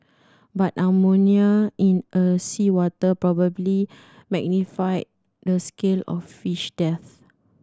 but ammonia in a seawater probably magnified the scale of fish deaths